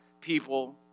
people